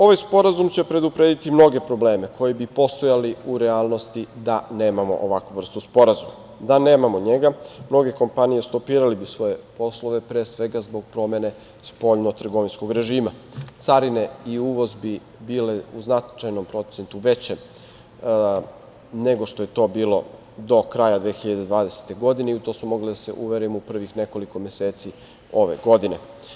Ovaj sporazum će preduprediti mnoge probleme koji bi postojali u relanosti da nemamo ovakvu vrstu sporazuma, da nemamo njega mnoge kompanije bi stopirale svoje poslove, pre svega zbog promene spoljno-trgovinskog režima, carine i uvoz bi bili u značajnom procentu veće nego što je to bilo do kraja 2020. godine, u to smo mogli da se uverimo u prvih nekoliko meseci ove godine.